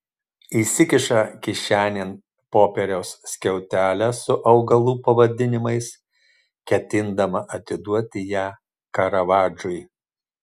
įsikiša kišenėn popieriaus skiautelę su augalų pavadinimais ketindama atiduoti ją karavadžui